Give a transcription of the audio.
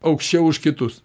aukščiau už kitus